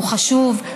הוא חשוב,